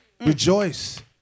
Rejoice